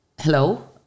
hello